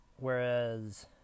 Whereas